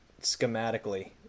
schematically